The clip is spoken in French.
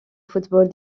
football